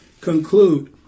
conclude